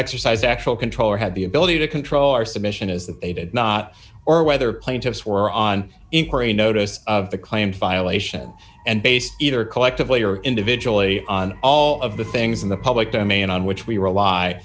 exercised actual control or had the ability to control our submission is that they did not or whether plaintiffs were on inquiry notice of the claim file ation and based either collectively or individually on all of the things in the public domain on which we rely